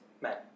men